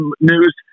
news